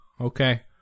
Okay